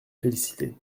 féliciter